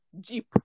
jeep